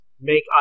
make